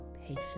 patience